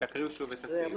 תקראו שוב את הסעיף.